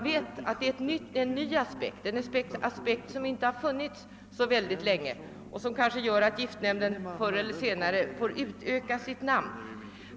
Det är en ny uppgift, som inte har funnits så länge, och den gör att giftnämnden kanske förr eller senare får förändra sitt namn.